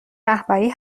رهبری